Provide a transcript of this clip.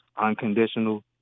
unconditional